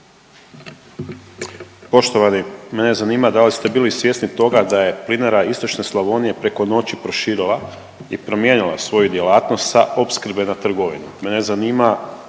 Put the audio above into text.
Poštovani mene zanima da li ste bili svjesni toga da je Plinara istočna Slavonija preko noći proširila i promijenila svoju djelatnost sa opskrbe na trgovinu?